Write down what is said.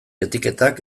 etiketak